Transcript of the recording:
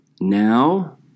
now